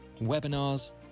webinars